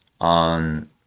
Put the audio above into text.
on